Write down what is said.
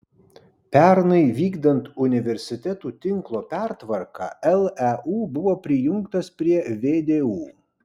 pernai vykdant universitetų tinklo pertvarką leu buvo prijungtas prie vdu